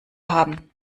haben